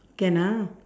can ah